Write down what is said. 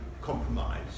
compromise